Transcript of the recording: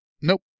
Nope